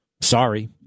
Sorry